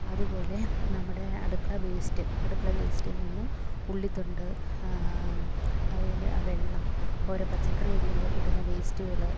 അതു പോലെ നമ്മുടെ അടുക്കള വേസ്റ്റ് അടുക്കള വേസ്റ്റിൽ നിന്നും ഉള്ളിത്തൊണ്ട് അതിലെ വെള്ളം ഓരോ പച്ചക്കറി അരിയുമ്പോൾ കിട്ടുന്ന വേസ്റ്റുകൾ